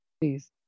Please